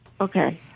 Okay